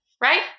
Right